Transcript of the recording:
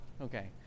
Okay